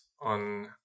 on